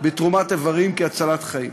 בתרומת איברים להצלת חיים.